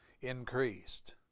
increased